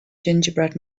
gingerbread